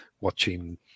watching